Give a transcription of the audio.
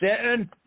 sitting